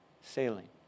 sailing